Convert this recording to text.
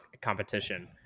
competition